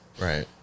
Right